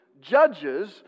judges